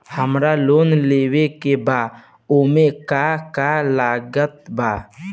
हमरा लोन लेवे के बा ओमे का का लागत बा?